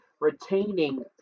retaining